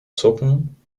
zucken